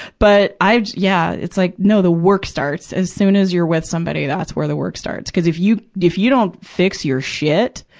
but i, yeah. it's, like, no, the work starts. as soon as you're with somebody, that's where the work starts. cuz if you, if you don't fix your shit,